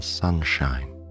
sunshine